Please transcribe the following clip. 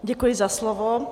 Děkuji za slovo.